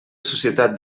societat